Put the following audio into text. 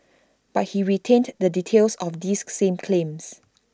but he retained the details of these same claims